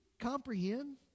comprehend